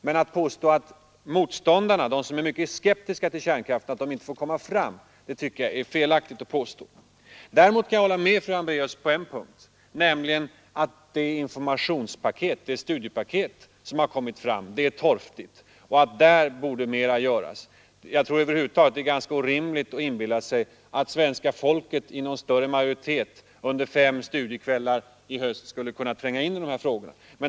Men att påstå att motståndarna eller de som är skeptiska till kärnkraften inte får komma fram tycker jag är felaktigt. Däremot kan jag hålla med fru Hambraeus om att det studiepaket som har framställts är torftigt och att mera där borde göras. Jag tror över huvud taget att det är ganska orimligt att inbilla sig att svenska folket i någon större majoritet under fem studiekvällar i höst skulle kunna tränga in i dessa frågor.